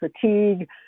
fatigue